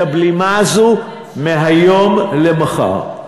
ואת הבלימה הזו מהיום למחר.